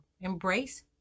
Embrace